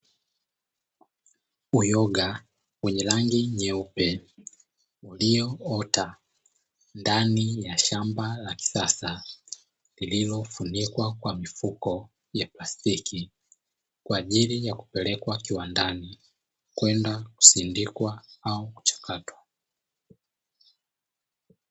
Uyoga wenye rangi nyeupe, ulioota ndani ya shamba la kisasa lililofunikwa kwa mifuko ya plastiki, kwa ajili ya kupelekwa kiwandani kwenda kusindikwa au kuchakatwa.